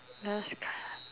last card